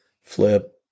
flip